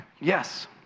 yes